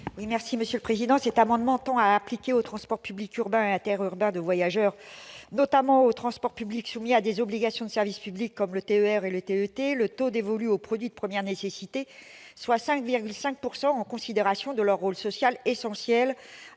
Mme Éliane Assassi. Cet amendement tend à appliquer aux transports publics urbains et interurbains de voyageurs, notamment aux transports publics soumis à des obligations de service public comme les TER et les TET, le taux dévolu aux produits de première nécessité, soit 5,5 %, en considération de leur rôle social essentiel